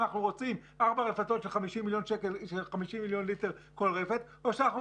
אנחנו רוצים ארבע רפתות של 50 מיליון ליטר לכל רפת או שאנחנו